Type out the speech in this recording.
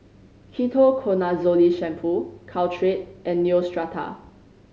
Ketoconazole Shampoo Caltrate and Neostrata